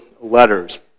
letters